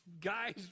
guys